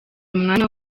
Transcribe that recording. umwanya